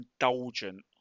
indulgent